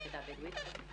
ביחידה הבדואית.